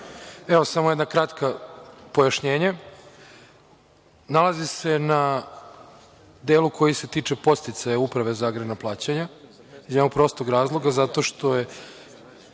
Samo jedno kratko pojašnjenje. Nalazi se na delu koji se tiče podsticaja Uprave za agrarna plaćanja iz jednog prostog razloga - zato što je